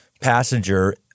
passenger